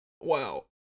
Wow